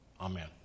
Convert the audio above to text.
Amen